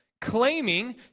claiming